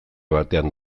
batean